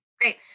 great